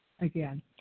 again